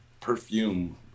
perfume